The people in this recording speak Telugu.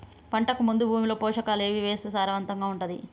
పంటకు ముందు భూమిలో పోషకాలు ఏవి వేస్తే సారవంతంగా ఉంటది?